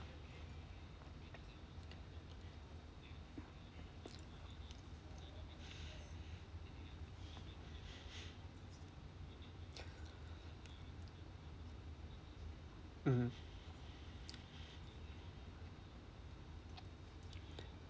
mmhmm